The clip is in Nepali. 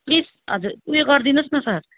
प्लिस हजुर उयो गरिदिनुहोस् न सर